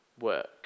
work